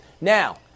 Now